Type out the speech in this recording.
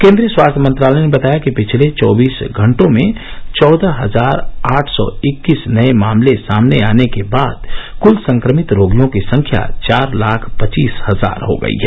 केन्द्रीय स्वास्थ्य मंत्रालय ने बताया कि पिछले चौबीस घंटों में चौदह हजार आठ सौ इक्कीस नये मामले सामने आने के बाद क्ल संक्रमित रोगियों की संख्या चार लाख पच्चीस हजार हो गई है